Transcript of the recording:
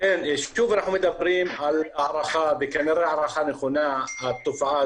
החוקיים שיבוא לקראת האנשים בכדי למנוע מהם ללכת בדרך השנייה,